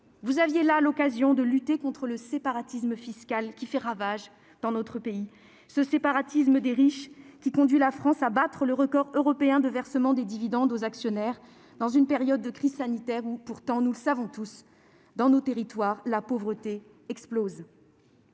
vous aviez là l'occasion de lutter contre le séparatisme fiscal qui fait ravage dans notre pays. Ce séparatisme des riches qui conduit la France à battre le record européen de versement des dividendes aux actionnaires dans une période de crise sanitaire où, nous le voyons tous dans nos territoires, la pauvreté explose.